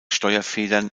steuerfedern